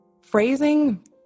phrasing